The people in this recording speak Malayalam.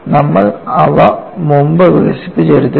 നമ്മൾ അവ മുമ്പ് വികസിപ്പിച്ചെടുത്തിട്ടുണ്ട്